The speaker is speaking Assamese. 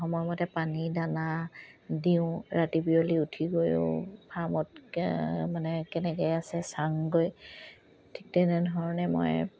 সময়মতে পানী দানা দিওঁ ৰাতি বিয়লি উঠি গৈও ফাৰ্মত মানে কেনেকৈ আছে চাংগৈ ঠিক তেনেধৰণে মই